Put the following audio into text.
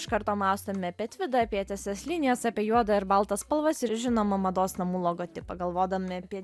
iš karto mąstome apie tvidą apie tiesias linijas apie juodą ir baltą spalvas ir žinoma mados namų logotipą galvodami apie